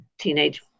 teenage